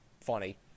funny